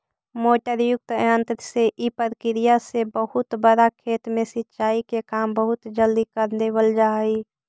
motor युक्त यन्त्र से इ प्रक्रिया से बहुत बड़ा खेत में सिंचाई के काम बहुत जल्दी कर लेवल जा हइ